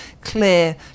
clear